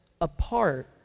apart